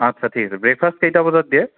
আচ্ছা ঠিক আছে ব্ৰেকফাষ্ট কেইটা বজাত দিয়ে